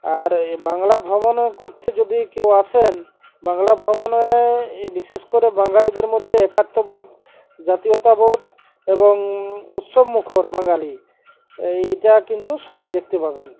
আর বাংলা ভ্রমণ করতে যদি কেউ আসেন বাংলা ভ্রমণে বিশেষ করে বাঙালিদের মধ্যে একাত্মবোধ জাতীয়তাবোধ এবং উৎসবমুখর বাঙালি এটা কিন্তু সবাই দেখতে পাবেন